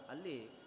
Ali